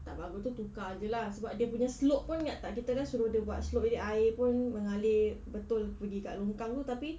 tak bagus itu tukar saja lah sebab dia punya slope pun ingat tak kita kan suruh dia buat slope jadi air pun mengalir betul pergi kat longkang itu tapi